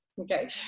okay